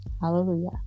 Hallelujah